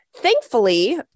thankfully